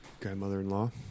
Grandmother-in-law